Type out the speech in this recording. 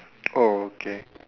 oh okay